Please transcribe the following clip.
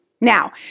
Now